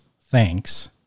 thanks